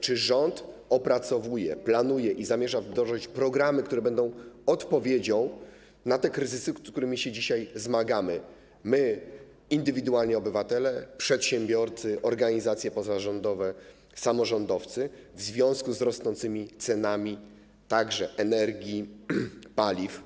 Czy rząd opracowuje, planuje i zamierza wdrożyć programy, które będą odpowiedzią na te kryzysy, z którymi się dzisiaj zmagamy, my, poszczególni obywatele, przedsiębiorcy, organizacje pozarządowe, samorządowcy, w związku z rosnącymi cenami, także energii i paliw?